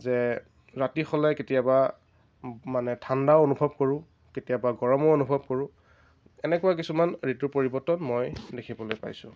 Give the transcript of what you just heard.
যে ৰাতি হ'লে কেতিয়াবা মানে ঠাণ্ডা অনুভৱ কৰোঁ কেতিয়াবা গৰমো অনুভৱ কৰোঁ এনেকুৱা কিছুমান ঋতুৰ পৰিৱৰ্তন মই দেখিবলৈ পাইছোঁ